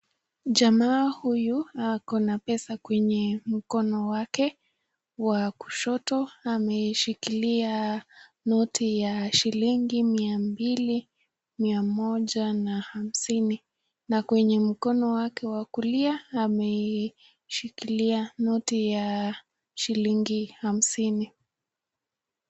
Jamaa huyu ako na pesa kwenye mkono wake wa kushoto ameshikilia noti ya shilingi mia mbili, mia moja na hamsini na kwenye mkono wake wa kulia ameshikilia noti ya shilingi hamsini.